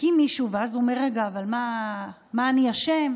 שמכים מישהו ואז הוא אומר: רגע, אבל מה אני אשם?